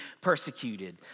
persecuted